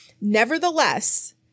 Nevertheless